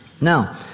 Now